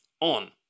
on